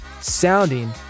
sounding